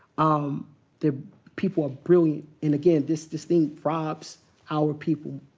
um the people are brilliant, and again, this this thing robs our people,